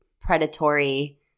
predatory